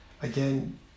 Again